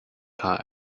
car